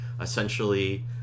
essentially